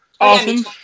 Awesome